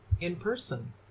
in-person